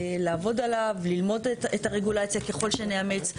לעבוד עליו, ללמוד את הרגולציה ככל שנאמץ.